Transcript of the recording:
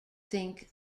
think